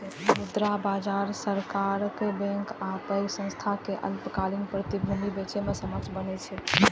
मुद्रा बाजार सरकार, बैंक आ पैघ संस्थान कें अल्पकालिक प्रतिभूति बेचय मे सक्षम बनबै छै